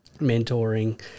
mentoring